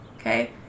Okay